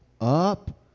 Up